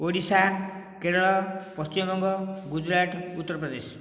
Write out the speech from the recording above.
Odisha Kerala Paschim Banga Gujarat Uttar Pradesh